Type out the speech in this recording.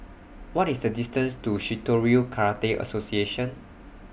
What IS The distance to Shitoryu Karate Association